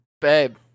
Babe